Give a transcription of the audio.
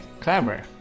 Clever